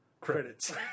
Credits